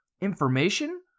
information